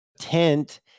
tent